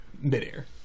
mid-air